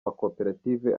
makoperative